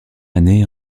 année